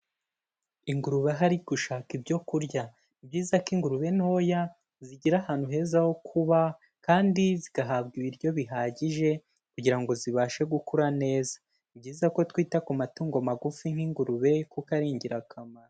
Ingurube hari gushaka ibyo kurya. Ni byiza ko ingurube ntoya, zigira ahantu heza ho kuba, kandi zigahabwa ibiryo bihagije, kugira ngo zibashe gukura neza. Ni byiza ko twita ku matungo magufi nk'ingurube kuko ari ingirakamaro.